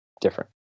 different